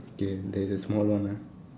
okay there is a small one ah